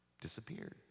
disappeared